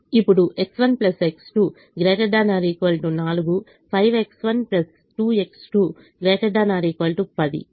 ఇప్పుడు X1 X2 ≥ 4 5X1 2X2 ≥10